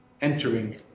entering